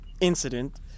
incident